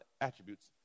attributes